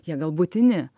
jie gal būtini